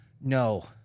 no